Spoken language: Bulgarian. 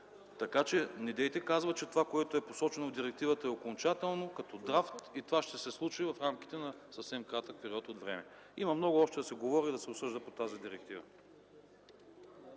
така че недейте казва, че това, което е посочено в директивата, е окончателно като драфт и това ще се случи в рамките на съвсем кратък период от време. Има много още да се говори и да се обсъжда по тази директива.